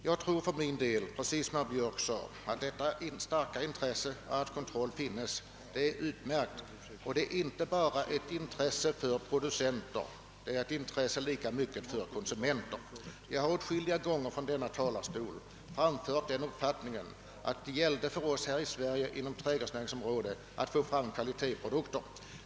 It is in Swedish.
Jag anser i likhet med herr Björk att denna kontroll inte endast är ett producentintresse utan i lika hög grad ett konsumentintresse. Jag har åtskilliga gånger från denna talarstol framfört uppfattningen att det gäller för oss här i Sverige att få fram kvalitetsprodukter på trädgårdsnäringens område.